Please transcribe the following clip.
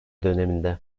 döneminde